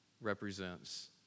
represents